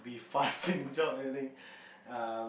be fast in job or anything err